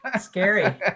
Scary